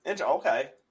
Okay